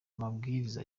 amabwiriza